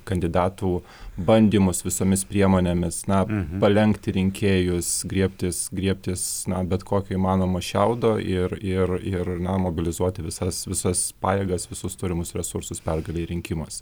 kandidatų bandymus visomis priemonėmis na palenkti rinkėjus griebtis griebtis na bet kokio įmanomo šiaudo ir ir ir na mobilizuoti visas visas pajėgas visus turimus resursus pergalei rinkimuose